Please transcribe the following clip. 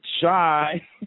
shy